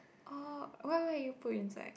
orh what what you put inside